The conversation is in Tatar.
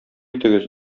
итегез